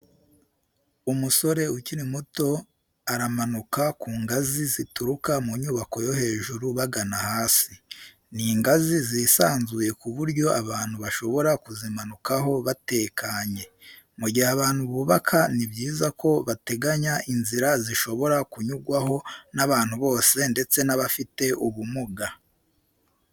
Umusore ukiri muto aramanuka ku ngazi zituruka mu nyubako yo hejuru bagana hasi, ni ingazi zisanzuye ku buryo abantu bashobora kuzimanukaho batekanye. Mu gihe abantu bubaka ni byiza ko bateganya inzira zishobora kunyurwaho n'abantu bose ndetse n'abafite ubumuga.